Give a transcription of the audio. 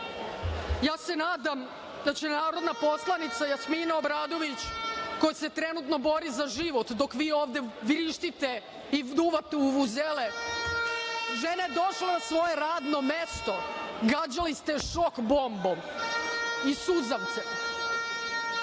se nadam da će narodna poslanica Jasmina Obradović, koja se trenutno bori za život, dok vi ovde vrištite i duvate u vuvuzele, žena je došla na svoje radno mesto, gađali ste je šok bombom i suzavcem.